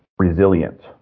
Resilient